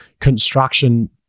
construction